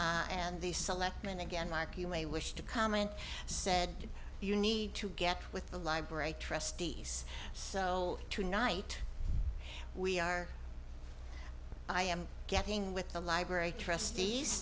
raised and the selectmen again like you may wish to comment said you need to get with the library trustees so tonight we are i am getting with the library trustees